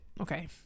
Okay